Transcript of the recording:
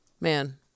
Man